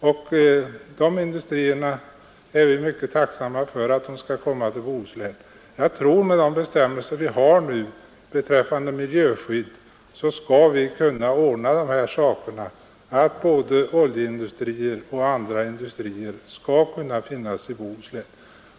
Sådana industrier är vi mycket tacksamma för att få lokaliserade dit. Med de bestämmelser vi nu har rörande miljöskyddet tror jag också att vi skall kunna ordna så att både oljeindustrier och andra skall kunna förläggas till Bohuslän.